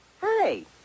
Hey